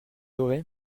aurez